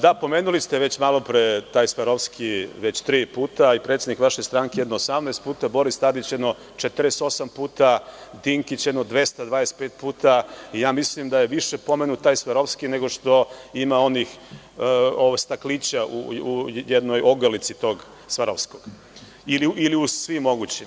Da, pomenuli ste već malopre taj „Swarovski“ tri puta i predsednik vaše stranke jedno 18 puta, Boris Tadić jedno 48 puta, Dinkić jedno 225 puta i ja mislim da je više pomenut taj „Swarovski“ nego što ima onih stakliću u jednoj ogrlici tog „Swarovskog“ ili u svim mogućim.